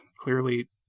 clearly